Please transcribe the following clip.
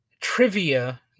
trivia